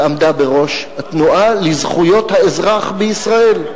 שעמדה בראש התנועה לזכויות האזרח בישראל.